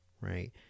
right